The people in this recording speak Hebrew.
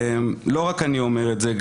לא רק אני אומר את זה,